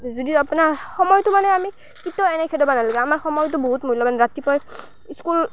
যদি আপোনাৰ সময়টো মানে আমি কেতিয়াও এনে খেদাব নালাগে আমাৰ সময়টো বহুত মূল্যৱান ৰাতিপুৱাই স্কুল